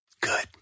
Good